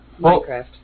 Minecraft